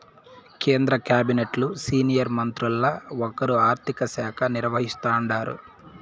కేంద్ర కాబినెట్లు సీనియర్ మంత్రుల్ల ఒకరు ఆర్థిక శాఖ నిర్వహిస్తాండారు